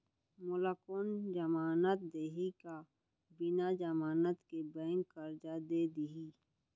मोला कोन जमानत देहि का बिना जमानत के बैंक करजा दे दिही?